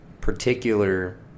particular